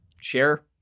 share